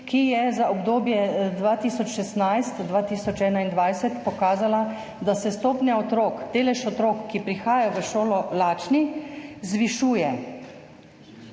ki je za obdobje 2016–2021 pokazala, da se delež otrok, ki prihajajo v šolo lačni, zvišuje.